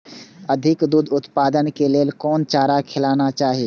अधिक दूध उत्पादन के लेल कोन चारा खिलाना चाही?